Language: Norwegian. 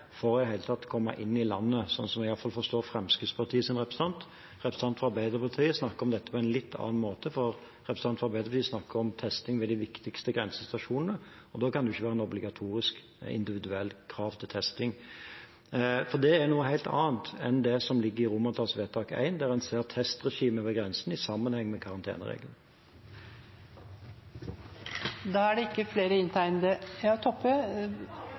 i det hele tatt å komme inn i landet, sånn som jeg iallfall forstår Fremskrittspartiets representant. Representanten fra Arbeiderpartiet snakker om dette på en litt annen måte, for representanten fra Arbeiderpartiet snakker om testing ved de viktigste grensestasjonene, og da kan det ikke være et obligatorisk individuelt krav til testing. For det er noe helt annet enn det som ligger i vedtakets I, der en ser testregimet ved grensen i sammenheng med